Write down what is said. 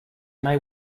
may